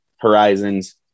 Horizons